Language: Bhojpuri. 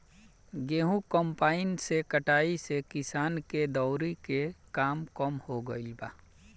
गेंहू कम्पाईन से कटाए से किसान के दौवरी के काम कम हो गईल बा